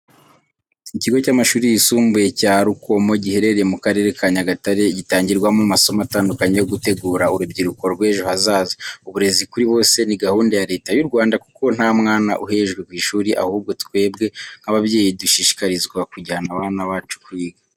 Ikigo cy'amashuri yisumbuye cya Rukomo giherereye mu Karere ka Nyagatare, gitangirwamo amasomo atandukanye yo gutegura urubyiruko rw'ejo hazaza. Uburezi kuri bose ni gahunda ya Leta y'u Rwanda kuko nta mwana uhejwe ku ishuri, ahubwo twebwe nk'ababyeyi dushishikarizwa kujyana abana bacu kwiga.